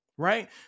Right